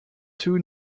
two